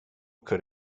could